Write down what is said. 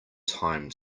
time